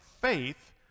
faith